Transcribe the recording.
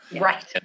Right